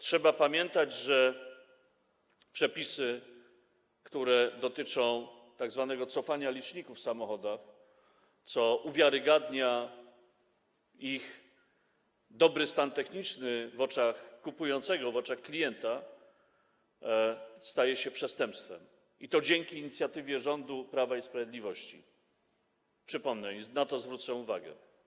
Trzeba pamiętać, że tzw. cofanie liczników w samochodach, co uwiarygadnia ich dobry stan techniczny w oczach kupującego, w oczach klienta, staje się przestępstwem, i to dzięki inicjatywie rządu Prawa i Sprawiedliwości, przypomnę i na to zwrócę uwagę.